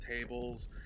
tables